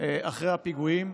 אחרי הפיגועים,